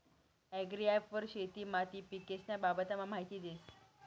agri app वर शेती माती पीकेस्न्या बाबतमा माहिती देस